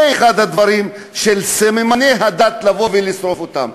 זה אחד הדברים של סממני הדת, לבוא ולשרוף אותם.